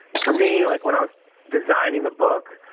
for me like when i was designing the book,